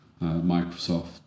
Microsoft